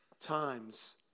times